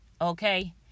okay